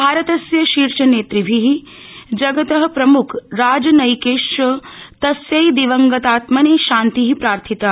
भारतस्य शीर्ष नेतृभिः जगतः प्रमुख राजनैकेश्च तस्यै दिवंगतात्मने शान्ति प्रार्थिता